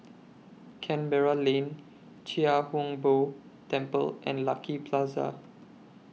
Canberra Lane Chia Hung Boo Temple and Lucky Plaza